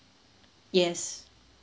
yes